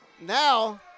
now